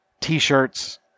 t-shirts